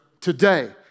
today